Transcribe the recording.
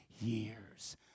years